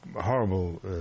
horrible